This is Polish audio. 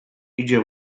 idzie